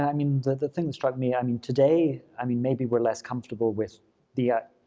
i mean the the thing that struck me, i mean today, i mean maybe we're less comfortable with the